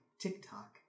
TikTok